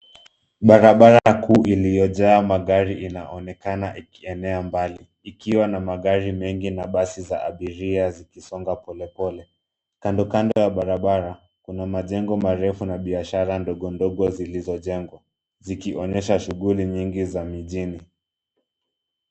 Barabara kuu iliyojaa magari inaonekana ikienea mbali, ikiwa na magari mengi na basi za abiria zikisonga polepole. Kando kando ya barabara kuna majengo marefu na biashara ndogo ndogo zilizojengwa zikionyesha shughuli nyingi za mijini.